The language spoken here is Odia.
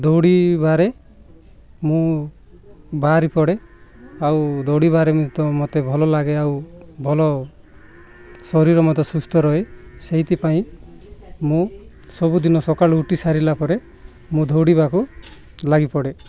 ଦୌଡ଼ିବାରେ ମୁଁ ବାହାରି ପଡ଼େ ଆଉ ଦୌଡ଼ିବାରେ ତ ମୋତେ ଭଲ ଲାଗେ ଆଉ ଭଲ ଶରୀର ମଧ୍ୟ ସୁସ୍ଥ ରହେ ସେଇଥିପାଇଁ ମୁଁ ସବୁଦିନ ସକାଳୁ ଉଠି ସାରିଲା ପରେ ମୁଁ ଦୌଡ଼ିବାକୁ ଲାଗିପଡ଼େ